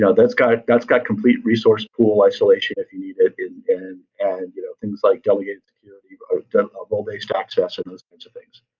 yeah that's got that's got complete resource pool isolation if you needed and and you know things like delegate of all based access and those kinds of things.